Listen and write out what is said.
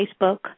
Facebook